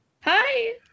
Hi